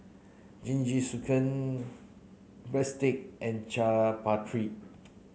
Jingisukan Breadstick and Chaat Papri